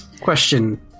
Question